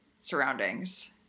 surroundings